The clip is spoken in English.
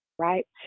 right